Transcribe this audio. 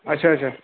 اچھا اچھا